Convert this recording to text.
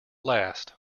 last